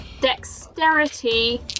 dexterity